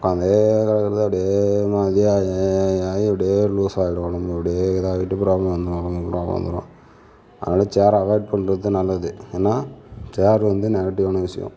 உட்காந்தே கிடக்குறது அப்படியே அப்படியே லூசாக ஆகிடும் உடம்பு அப்படியே இதாக ஆயிட்டு நம்ம அதனால சேரை அவாய்ட் பண்ணுறது நல்லது ஏன்னா சேர் வந்து நெகட்டிவான விஷயம்